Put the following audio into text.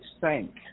sank